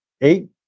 eight